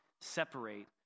separate